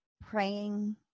praying